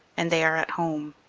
and they are at home.